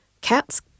cats